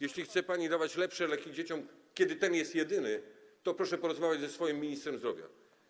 Jeśli chce pani dawać lepsze leki dzieciom, kiedy ten jest jedyny, to proszę porozmawiać ze swoim ministrem zdrowia.